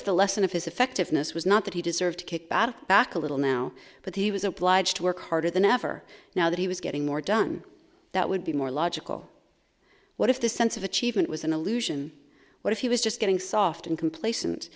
if the lesson of his effectiveness was not that he deserved to get bad back a little now but he was obliged to work harder than ever now that he was getting more done that would be more logical what if the sense of achievement was an illusion what if he was just getting soft and complacent